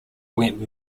went